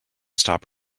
stop